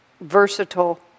versatile